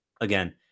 again